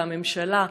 בממשלה.